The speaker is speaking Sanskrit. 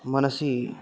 मनसि